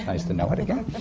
nice to know it again.